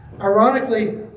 Ironically